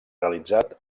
realitzat